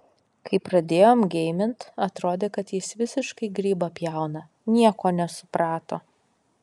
kai pradėjom geimint atrodė kad jis visiškai grybą pjauna nieko nesuprato